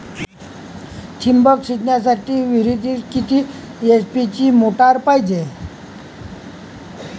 ठिबक सिंचनासाठी विहिरीत किती एच.पी ची मोटार पायजे?